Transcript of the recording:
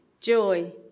joy